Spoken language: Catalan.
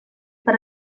per